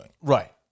Right